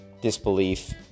disbelief